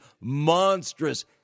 monstrous